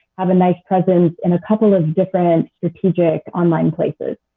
have a nice presence in a couple of different strategic online places.